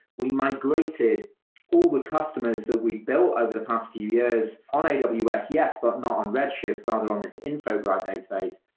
we migrated all the customers that we built over the past few years on and but aws, yes, but not on red shift, rather on this info broad database.